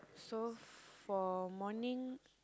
so for morning